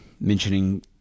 Mentioning